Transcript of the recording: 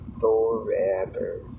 forever